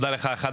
תודה רבה.